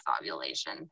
ovulation